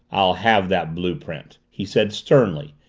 i'll have that blue-print! he said sternly,